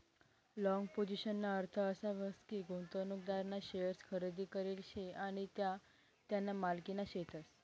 long पोझिशनना अर्थ असा व्हस की, गुंतवणूकदारना शेअर्स खरेदी करेल शे आणि त्या त्याना मालकीना शेतस